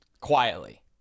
Quietly